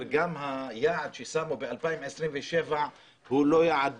היעד ששמנו ב-2027 הוא לא בר מימוש,